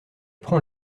prend